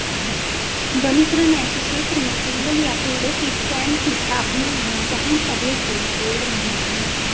वनीकरण ऐसे क्षेत्र में जंगल या पेड़ों के स्टैंड की स्थापना है जहां पहले कोई पेड़ नहीं था